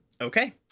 Okay